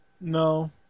No